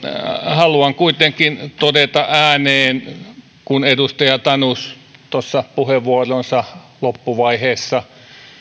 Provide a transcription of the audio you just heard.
haluan kuitenkin todeta ääneen kun edustaja tanus tuossa puheenvuoronsa loppuvaiheessa